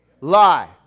Lie